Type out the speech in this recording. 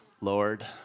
Lord